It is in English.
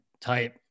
type